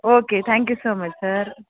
okay thank you so much sir